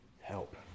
help